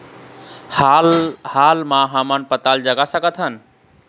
हाल मा हमन पताल जगा सकतहन?